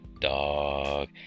Dog